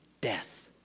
death